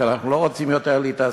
כי אנחנו לא רוצים להתעסק